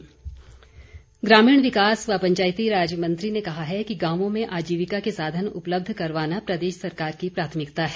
वीरेन्द्र कंवर ग्रामीण विकास व पंचायती राज मंत्री ने कहा कि गांवों में आजीविका के साधन उपलब्ध करवाना प्रदेश सरकार की प्राथमिकता है